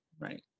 Right